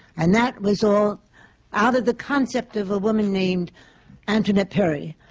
and that was all out of the concept of a woman named antoinette perry,